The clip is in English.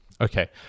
Okay